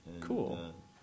Cool